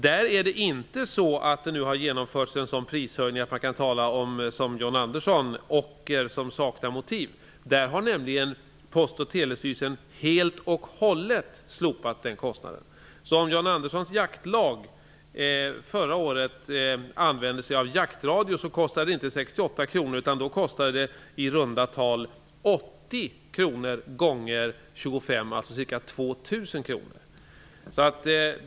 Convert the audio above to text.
Där har det inte genomförts en sådan prishöjning att man kan tala om -- som John Andersson -- ocker som saknar motiv. Där har nämligen Post och telestyrelsen helt och hållet slopat kostnaden. Om John Anderssons jaktlag förra året använde sig av jaktradio fick de betala inte 68 kr utan i runda tal 80 kr gånger 25, alltså ca 2 000 kr.